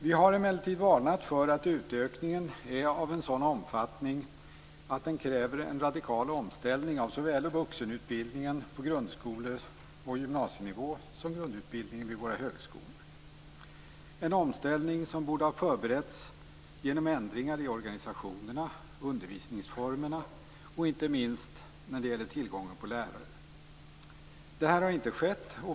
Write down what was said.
Vi har emellertid varnat för att utökningen är av en sådan omfattning att den kräver en radikal omställning av såväl vuxenutbildning på grundskole och gymnasienivå som grundutbildningen vid våra högskolor. Det är en omställning som borde ha förberetts genom ändringar i organisationerna, i undervisningsformerna och inte minst när det gäller tillgången på lärare. Detta har inte skett.